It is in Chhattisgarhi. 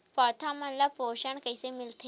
पौधा मन ला पोषण कइसे मिलथे?